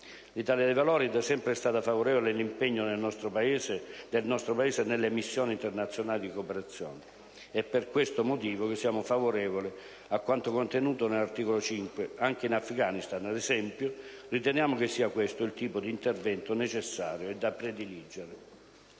L'Italia dei Valori è da sempre stata favorevole all'impegno del nostro Paese nelle missioni internazionali di cooperazione. È per questo motivo che siamo favorevoli a quanto contenuto nell'articolo 5. Anche in Afghanistan, ad esempio, riteniamo che sia questo il tipo di intervento necessario e da prediligere.